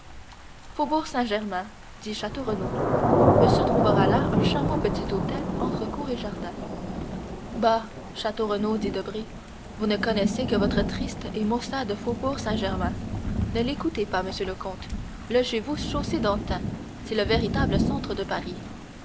saint-germain dit château renaud monsieur trouvera là un charmant petit hôtel entre cour et jardin bah château renaud dit debray vous ne connaissez que votre triste et maussade faubourg saint-germain ne l'écoutez pas monsieur le comte logez vous chaussée-d'antin c'est le véritable centre de paris